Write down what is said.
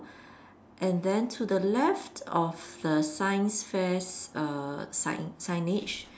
and then to the left of the science fair err sign signage